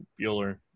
Bueller